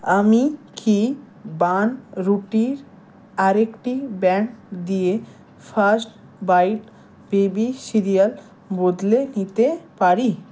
আমি কি বান রুটির আরেকটি ব্র্যান্ড দিয়ে ফার্স্ট বাইট বেবি সিরিয়াল বদলে নিতে পারি